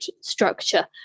structure